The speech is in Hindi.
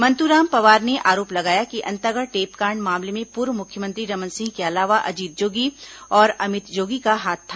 मंतूराम पवार ने आरोप लगाया कि अंतागढ़ टेपकांड मामले में पूर्व मुख्यमंत्री रमन सिंह के अलावा अजीत जोगी और अमित जोगी का हाथ था